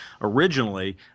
Originally